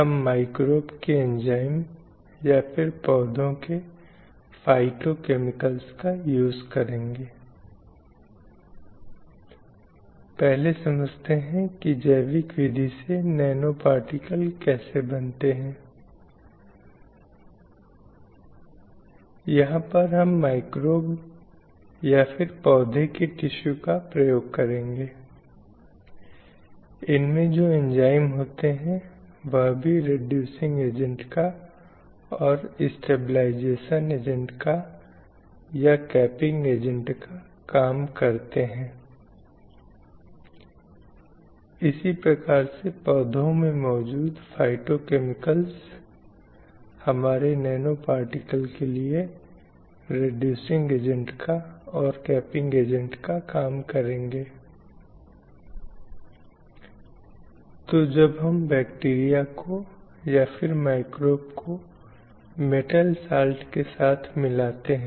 हम सेक्स और लिंग के पारिभाषिक शब्द को समझने की कोशिश कर रहे थे और फिर पहचान के साथ आगे बढ़े जो समाज में होने वाले समाजीकरण के साथ होता है और यह प्रतिनिधि एजेंट हैं जो सामान्य रूढ़िबद्ध धारणा प्रकार स्टीरियो टाईप और पितृसत्ता की अवधारणा हैं इसलिए हम जो समझते हैं वह है कि सेक्स और लिंग की अवधारणा कुछ अलग हैं